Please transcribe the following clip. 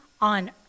on